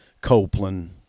copeland